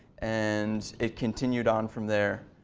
and it continued on from there.